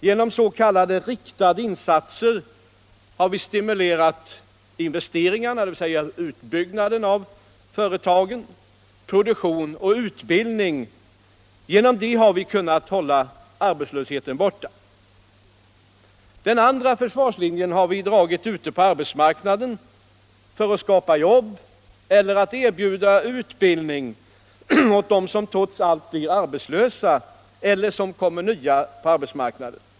Genom s.k. riktade insatser har vi stimulerat investeringarna, dvs. utbyggnad av företagen, produktion och utbildning. Därigenom har vi kunnat hålla arbetslösheten borta. Den andra försvarslinjen har vi dragit ute på arbetsmarknaden för att skapa jobb eller erbjuda utbildning åt dem som trots allt blir arbetslösa eller som kommer nya på arbetsmarknaden.